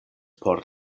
por